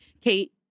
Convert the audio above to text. Kate